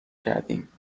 کردیم